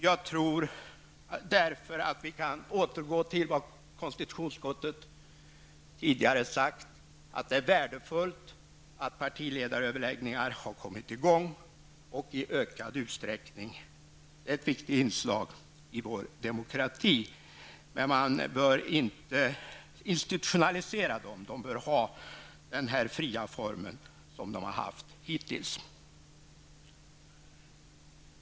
Jag tror därför att vi kan återgå till vad konstitutionsutskottet tidigare har sagt; att det är värdefullt att partiledaröverläggningar har kommit i gång och att det har skett i ökad utsträckning. De är ett viktigt inslag i vår demokrati, men man bör inte institutionalisera dem. De bör ha den fria form som de hittills har haft.